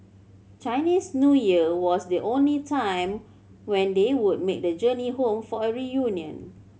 Chinese New Year was the only time when they would make the journey home for a reunion